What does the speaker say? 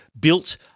built